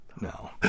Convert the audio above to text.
No